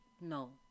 no